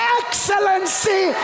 excellency